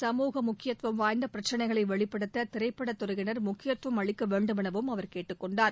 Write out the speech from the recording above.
சமூக முக்கியத்துவம் வாய்ந்த பிரச்சினைகளை வெளிப்படுத்த திரைப்படத் துறையினா் முக்கியத்துவம் அளிக்க வேண்டுமெனவும் அவர் கேட்டுக் கொண்டார்